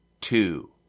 two